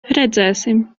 redzēsim